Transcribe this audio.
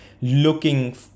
looking